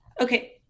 okay